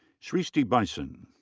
srishti bisen.